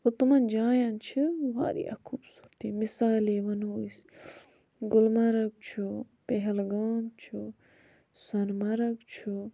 گوٚو تِمَن جایَن چھِ واریاہ خوٗبصوٗرتی مِثالے وَنو أسۍ گُلمَرگ چھُ پہلگام چھُ سۄنہٕ مَرگ چھُ